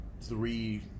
three